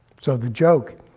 so the joke